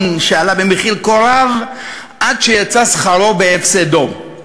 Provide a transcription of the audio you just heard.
שעלה במחיר כה רב עד שיצא שכרו בהפסדו.